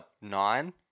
nine